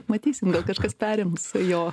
matysim gal kažkas perims jo